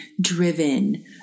driven